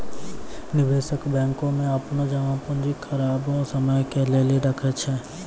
निवेशक बैंको मे अपनो जमा पूंजी खराब समय के लेली राखै छै